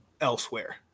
elsewhere